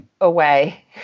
away